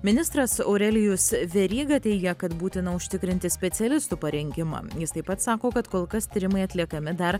ministras aurelijus veryga teigia kad būtina užtikrinti specialistų parengimą jis taip pat sako kad kol kas tyrimai atliekami dar